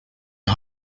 and